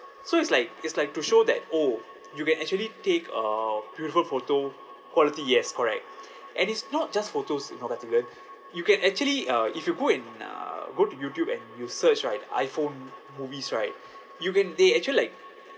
so it's like it's like to show that oh you can actually take uh beautiful photo quality yes correct and it's not just photos you can actually uh if you go and uh go to youtube and you search right iphone movies right you can they actually like